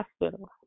hospital